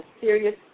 serious